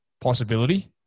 possibility